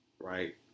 right